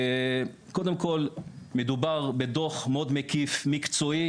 קודם כל, מדובר בדוח מאוד מקיף, מקצועי